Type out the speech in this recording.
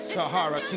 Sahara